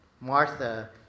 Martha